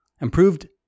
improved